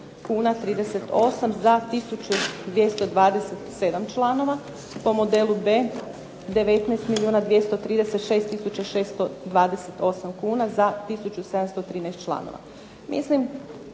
kuna 38 za 1227 članova. Po modelu B 19 milijuna 236 tisuća 628 kuna za 1713 članova.